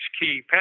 key